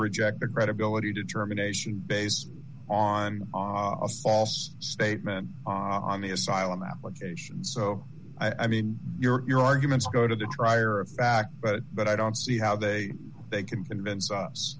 reject the credibility determination based on a false statement on the asylum application so i mean your your arguments go to try are a fact but but i don't see how they they can convince us